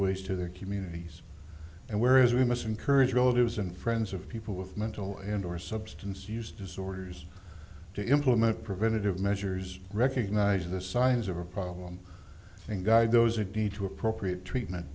ways to their communities and whereas we must encourage relatives and friends of people with mental and or substance use disorders to implement preventative measures recognise the signs of a problem and guide those a deed to appropriate treatment